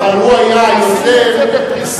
עשינו את זה בפריסה.